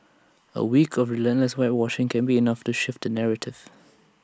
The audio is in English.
A week of relentless whitewashing can be enough to shift the narrative